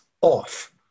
off